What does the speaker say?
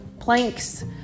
planks